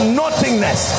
nothingness